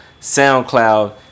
SoundCloud